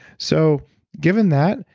so given that,